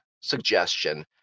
suggestion